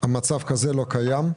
מצב כזה לא קיים.